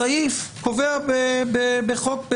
הסעיף קובע בפקודה: